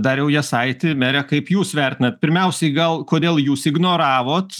dariau jasaiti mere kaip jūs vertinat pirmiausiai gal kodėl jūs ignoravot